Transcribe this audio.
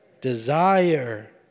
Desire